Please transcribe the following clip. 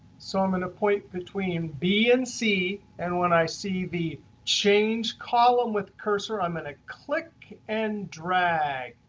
so i'm going to point between b and c. and when i see the change column with cursor, i'm going to click and drag.